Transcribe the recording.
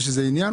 יש איזה עניין?